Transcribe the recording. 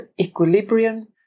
equilibrium